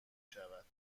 شود